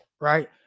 right